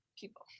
people